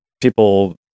people